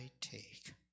take